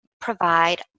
provide